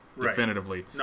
definitively